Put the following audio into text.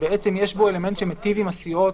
שלמעשה יש בו אלמנט מיטיב עם הסיעות